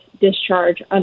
discharge